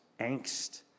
angst